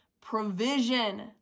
provision